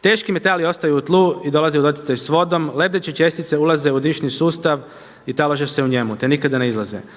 Teški metali ostaju u tlu i dolaze u doticaj sa vodom. Lebdeće čestice ulaze u dišni sustav i talože se u njemu, te nikada ne izlaze.